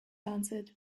answered